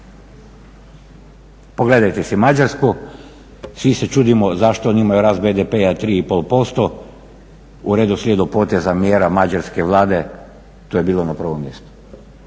Pogledajte si Mađarsku, svi se čudimo zašto oni imaju rast BDP-a 3,5%, u redoslijedu poteza mjera mađarske Vlade to je bilo na prvom mjestu